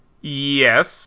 Yes